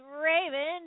Raven